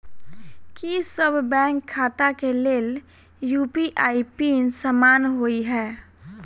की सभ बैंक खाता केँ लेल यु.पी.आई पिन समान होइ है?